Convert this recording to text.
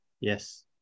Yes